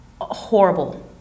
horrible